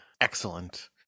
Excellent